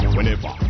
Whenever